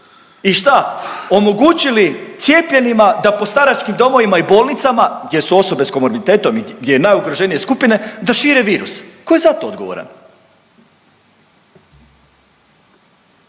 I šta omogućili cijepljenima da po staračkim domovima i bolnicama gdje su osobe s komorbitetom i gdje je najugroženije skupine da šire virus. Ko je za to odgovoran?